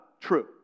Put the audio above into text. True